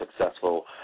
successful